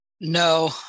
No